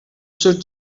should